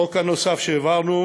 החוק הנוסף שהעברנו